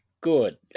Good